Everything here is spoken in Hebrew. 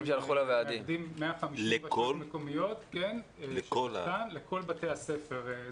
הם מאגדים ועדים ב-150 רשויות מקומיות ונשלח לכל בתי הספר.